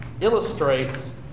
illustrates